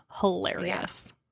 hilarious